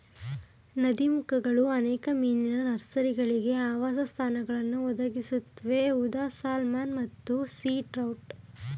ನದೀಮುಖಗಳು ಅನೇಕ ಮೀನಿನ ನರ್ಸರಿಗಳಿಗೆ ಆವಾಸಸ್ಥಾನಗಳನ್ನು ಒದಗಿಸುತ್ವೆ ಉದಾ ಸ್ಯಾಲ್ಮನ್ ಮತ್ತು ಸೀ ಟ್ರೌಟ್